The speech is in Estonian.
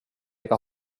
ega